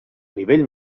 nivell